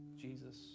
Jesus